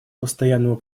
постоянному